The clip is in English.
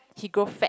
she grow fat